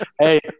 Hey